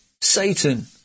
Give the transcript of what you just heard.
Satan